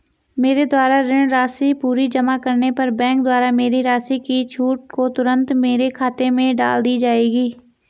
मेरे द्वारा ऋण राशि पूरी जमा करने पर बैंक द्वारा मेरी राशि की छूट को तुरन्त मेरे खाते में डाल दी जायेगी?